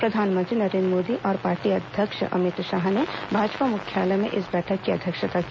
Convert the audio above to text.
प्रधानमंत्री नरेन्द्र मोदी और पार्टी अध्यक्ष अमित शाह ने भाजपा मुख्यालय में इस बैठक की अध्यक्षता की